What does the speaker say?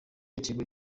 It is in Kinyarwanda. ikigo